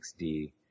XD